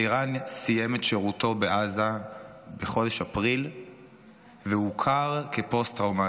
אלירן סיים את שירותו בעזה בחודש אפריל והוכר כפוסט-טראומטי.